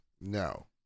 No